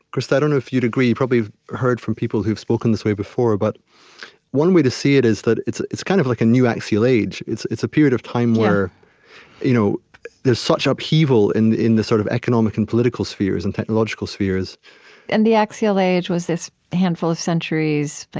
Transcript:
krista i don't know if you'd agree probably heard from people who've spoken this way before, but one way to see it is, it's it's kind of like a new axial age. it's it's a period of time where you know there's such upheaval in in the sort of economic and political spheres, and technological spheres and the axial age was this handful of centuries, like